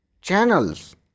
channels